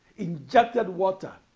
injected water,